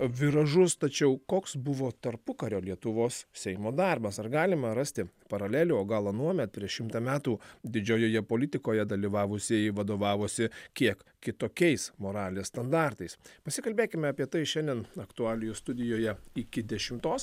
viražus tačiau koks buvo tarpukario lietuvos seimo darbas ar galima rasti paralelių o gal anuomet prieš šimtą metų didžiojoje politikoje dalyvavusieji vadovavosi kiek kitokiais moralės standartais pasikalbėkime apie tai šiandien aktualijų studijoje iki dešimtos